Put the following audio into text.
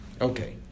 Okay